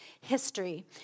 history